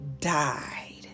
died